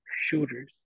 shooters